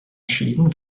schäden